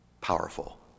powerful